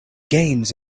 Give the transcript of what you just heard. gains